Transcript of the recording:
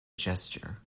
gesture